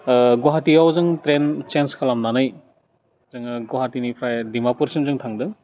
गुवाहाटियाव जों train change खालामनानै जोङो गुवाहाटिनिफ्राय डिमापुरसिम जों थांदों